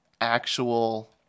actual